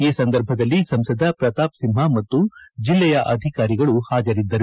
ಈ ಸಂದರ್ಭದಲ್ಲಿ ಸಂಸದ ಪ್ರತಾಪ್ ಸಿಂಹ ಮತ್ತು ಜಿಲ್ಲೆಯ ಅಧಿಕಾರಿಗಳು ಹಾಜರಿದ್ದರು